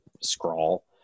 scrawl